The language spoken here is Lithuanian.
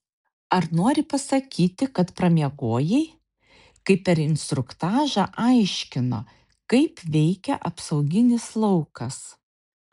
ar nori pasakyti kad pramiegojai kai per instruktažą aiškino kaip veikia apsauginis laukas